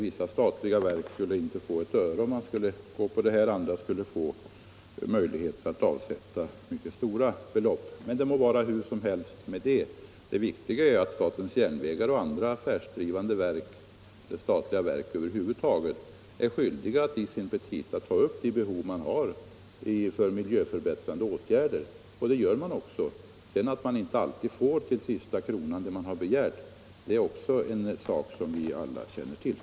Vissa statliga verk skulle inte få ett enda öre, medan andra skulle ha möjlighet att avsätta mycket stora belopp. Det må dock vara hur som helst med det. Det viktiga är att statens järnvägar och andra statliga verk är skyldiga att i sina petita ta upp de behov de har för miljöförbättrande åtgärder. Så sker också. Att de sedan inte alltid får till sista kronan vad de har begärt är en sak som vi alla känner till.